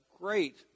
great